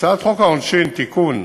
הצעת חוק העונשין (תיקון),